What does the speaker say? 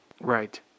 Right